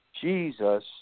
Jesus